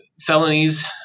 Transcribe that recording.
felonies